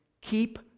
keep